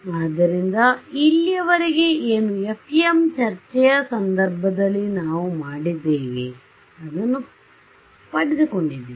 ಆದ್ದರಿಂದ ಇಲ್ಲಿಯವರೆಗೆ ಏನುFEM ಚರ್ಚೆಯ ಸಂದರ್ಭದಲ್ಲಿ ನಾವು ಮಾಡಿದ್ದೇವೆ ಅದನ್ನು ಪಡೆದುಕೊಂಡಿದ್ದೇವೆ